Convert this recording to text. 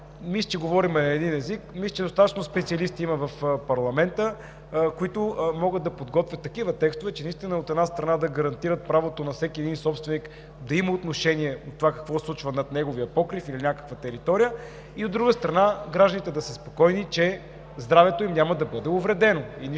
Мисля, че говорим на един език. Мисля, че достатъчно специалисти има в парламента, които могат да подготвят такива текстове, че наистина, от една страна, да гарантират правото на всеки един собственик да има отношение към това какво се случва над неговия покрив или някаква територия, и, от друга страна, гражданите да са спокойни, че здравето им няма да бъде увредено,